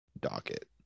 docket